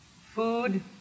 food